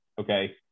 okay